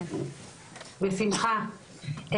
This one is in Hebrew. בשמחה,